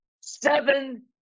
seven